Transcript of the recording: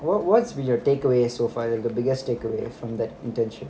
what what's been your take away so far like the biggest take away from the internship